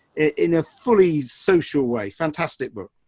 in a fully social way. fantastic book.